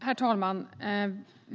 Herr talman!